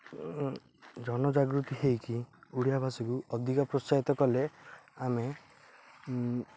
ଜନଜାଗୃତି ହୋଇକି ଓଡ଼ିଆ ଭାଷାକୁ ଅଧିକ ପ୍ରୋତ୍ସାହିତ କଲେ ଆମେ